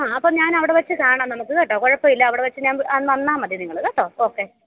അ അപ്പം ഞാൻ അവിടെ വച്ചു കാണാം നമുക്ക് കേട്ടോ കുഴപ്പമില്ല അവിടെ വച്ചു അ വന്നാൽ മതി നിങ്ങൾ കേട്ടോ ഓക്കെ